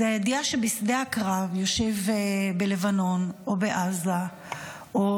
זו הידיעה שבשדה הקרב בלבנון או בעזה או